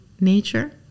nature